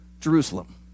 Jerusalem